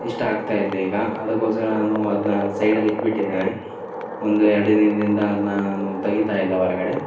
ಇಷ್ಟ ಆಗ್ತಾ ಇಲ್ಲ ಈಗ ಅದಕೋಸ್ಕರ ನಾನು ಅದನ್ನ ಸೈಡಲ್ಲಿ ಇಟ್ಟುಬಿಟ್ಟಿದ್ದೇನೆ ಒಂದು ಎರಡು ದಿನದಿಂದ ಅದನ್ನ ನಾನು ತೆಗೀತ ಇಲ್ಲ ಹೊರಗಡೆ